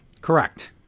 Correct